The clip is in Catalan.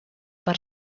per